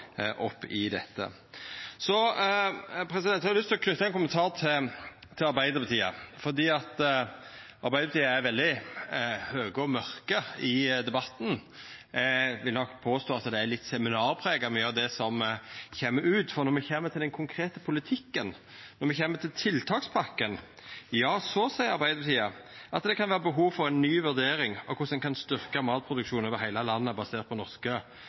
Så har eg lyst til å knyta ein kommentar til Arbeidarpartiet, for Arbeidarpartiet er veldig høge og mørke i debatten. Eg vil nok påstå at det er litt seminarprega mykje av det som kjem ut, for når me kjem til den konkrete politikken, når me kjem til tiltakspakka, seier Arbeidarpartiet at det kan vera behov for ei ny vurdering av korleis ein kan styrkja matproduksjon over heile landet basert på norske